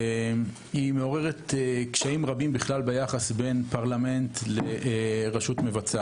היא מציאות שמעוררת קשיים רבים ביחס שבין הפרלמנט לרשות המבצעת.